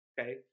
Okay